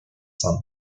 son